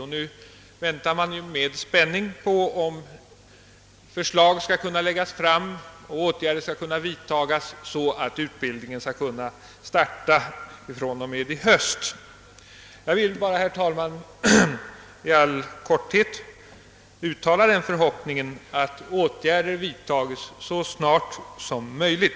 Nu avvaktar vi med spänning, om förslag skall kunna läggas fram så att utbildningen kan starta i höst. Jag vill bara, herr talman, i all korthet uttala den förhoppningen att åtgärder skall vidtas så snart som möjligt.